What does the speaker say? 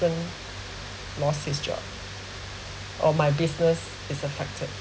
lost his job or my business is affected